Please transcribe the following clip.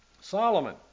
Solomon